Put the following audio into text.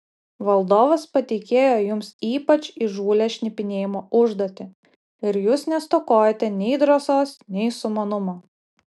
valdovas patikėjo jums ypač įžūlią šnipinėjimo užduotį ir jūs nestokojote nei drąsos nei sumanumo